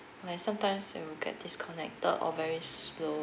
like sometimes I will get disconnected or very slow